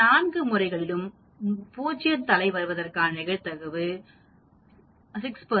இந்த நான்கு முறைகளிலும் 0 தலை வருவதற்கான நிகழ்தகவு 6 6